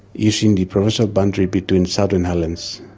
using the provincial boundary between southern highlands,